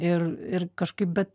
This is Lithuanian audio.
ir ir kažkaip bet